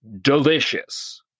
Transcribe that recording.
Delicious